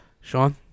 Sean